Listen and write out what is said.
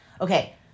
Okay